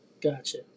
Gotcha